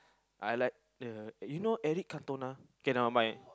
I like the you know Eric-Cantona K nevermind